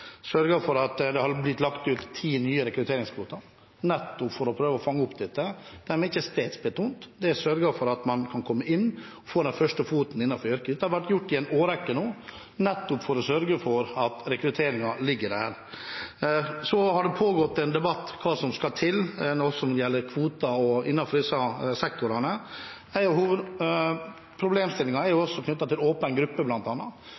blitt lagt ut ti nye rekrutteringskvoter, nettopp for å prøve å fange opp dette. De er ikke stedsbetont, det er sørget for at man kan komme inn, få den første foten innenfor yrket. Dette har vært gjort i en årrekke nå, nettopp for å sørge for at rekrutteringen ligger der. Så har det pågått en debatt om hva som skal til når det gjelder kvoter innenfor disse sektorene. Problemstillingen er også knyttet til bl.a. åpen gruppe.,